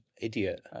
idiot